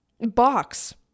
box